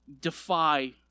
defy